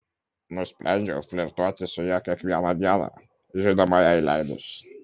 nusprendžiau flirtuoti su ja kiekvieną dieną žinoma jai leidus